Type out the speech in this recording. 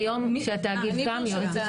מיום שהתאגיד קם היא יועצת משפטית.